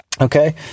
Okay